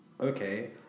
Okay